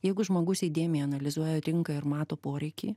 jeigu žmogus įdėmiai analizuoja rinką ir mato poreikį